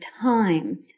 time